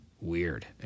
weird